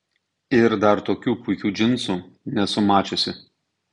ir dar tokių puikių džinsų nesu mačiusi